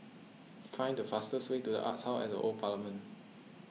find the fastest way to the Arts House at the Old Parliament